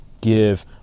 give